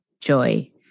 joy